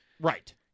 right